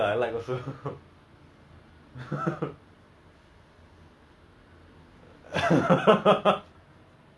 and green chili ya you know in fact after this I'm going to cook it myself nasi goreng because I'm freaking hungry